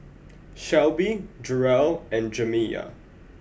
Shelbie Jerrell and Jamiya